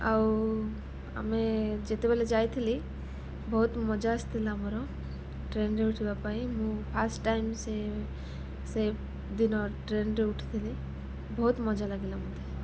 ଆଉ ଆମେ ଯେତେବେଳେ ଯାଇଥିଲି ବହୁତ ମଜା ଆସିଥିଲା ଆମର ଟ୍ରେନ୍ରେ ଉଠିବା ପାଇଁ ମୁଁ ଫାଷ୍ଟ ଟାଇମ୍ ସେ ସେ ଦିନ ଟ୍ରେନ୍ରେ ଉଠିଥିଲି ବହୁତ ମଜା ଲାଗିଲା ମୋତେ